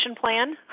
plan